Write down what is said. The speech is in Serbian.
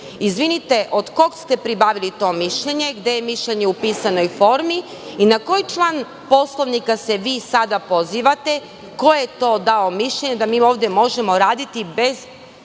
Izvinite, od koga ste pribavili to mišljenje? Gde je mišljenje u pisanoj formi? Na koji član Poslovnika se vi sada pozivate? Ko je to dao mišljenje da mi ovde možemo raditi bez